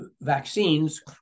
vaccines